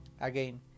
again